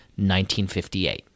1958